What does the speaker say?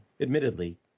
admittedly